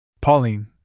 Pauline